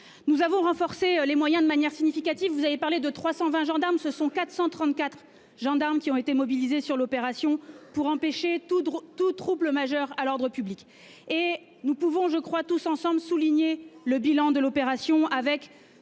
Nous avons renforcé les moyens de manière significative. Vous avez parlé de 320 gendarmes, ce sont 434 gendarmes qui ont été mobilisés sur l'opération pour empêcher tout droit tout trouble majeur à l'ordre public et nous pouvons, je crois, tous ensemble, souligné le bilan de l'opération avec